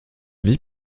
vie